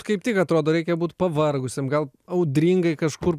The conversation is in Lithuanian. kaip tik atrodo reikia būti pavargusiam gal audringai kažkur